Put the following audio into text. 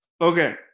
Okay